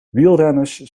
wielrenners